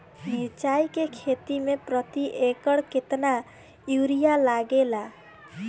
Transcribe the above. मिरचाई के खेती मे प्रति एकड़ केतना यूरिया लागे ला?